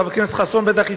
חבר כנסת חסון בטח יצטרף,